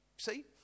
See